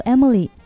Emily